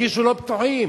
ירגישו לא בטוחים.